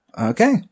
Okay